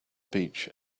bench